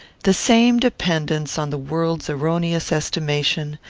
the same dependence on the world's erroneous estimation,